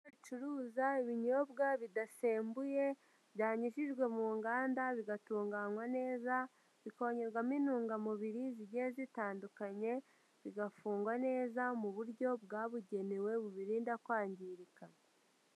Aho baruza ibinyobwa bidasembuye, byanyujijwe mu nganda bigatunganywa neza, bikongerwamo intungamubiri zigiye zitandukanye, bigafungwa neza mu buryo bwabugenewe bubirinda kwangirika.